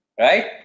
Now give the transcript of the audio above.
Right